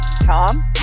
tom